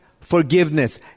forgiveness